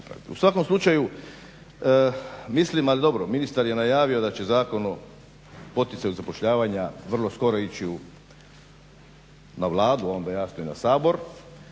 U svakom slučaju mislim ali dobro ministar je najavio da će Zakon o poticanju zapošljavanja vrlo skoro ići na Vladu, onda jasno i na Sabor